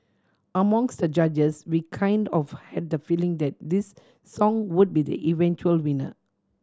amongst the judges we kind of had the feeling that this song would be the eventual winner